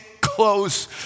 close